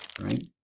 right